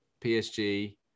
PSG